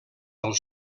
del